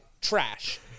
trash